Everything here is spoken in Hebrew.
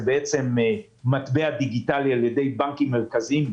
מטבע דיגיטלי על ידי בנקים מרכזיים.